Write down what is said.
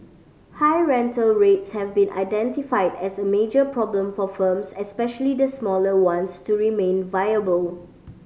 high rental rates have been identified as a major problem for firms especially the smaller ones to remain viable